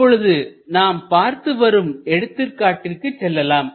இப்பொழுது நாம் பார்த்து வரும் எடுத்துக்காட்டிற்கு செல்லலாம்